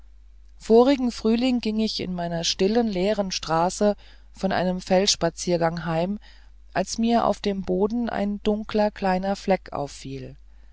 vorigen frühling ging ich in meiner stillen leeren straße von einem feldspaziergang heim als mir auf dem boden ein dunkler kleiner fleck auffiel